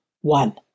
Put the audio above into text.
one